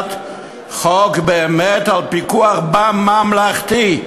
יחד חוק על פיקוח בממלכתי.